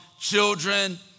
children